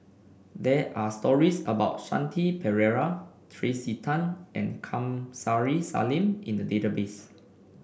they are stories about Shanti Pereira Tracey Tan and Kamsari Salam in the database